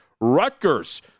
Rutgers